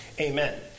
Amen